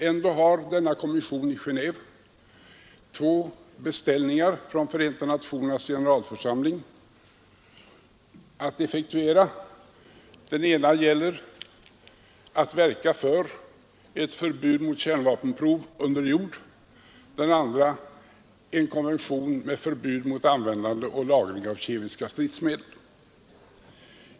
Ändå har denna kommission i Genéve två beställningar från Förenta nationernas generalförsamling att effektuera. Den ena gäller ett förbud mot kärnvapenprov under jord och den andra en konvention med förbud mot användande och lagring av kemiska stridsmedel.